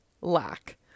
lack